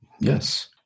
yes